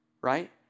right